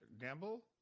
gamble